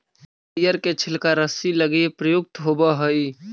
नरियर के छिलका रस्सि लगी प्रयुक्त होवऽ हई